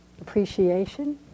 appreciation